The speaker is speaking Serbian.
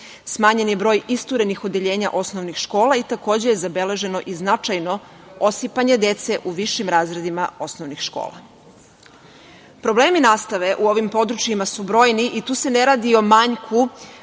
smanjen je broj isturenih odeljenja osnovnih škola i takođe je zabeleženo i značajno osipanje dece u višim razredima osnovnih škola. Problemi nastave u ovim područjima su brojni i tu se ne radi o manjku